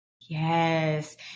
Yes